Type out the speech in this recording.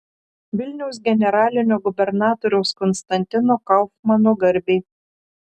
vilniaus generalinio gubernatoriaus konstantino kaufmano garbei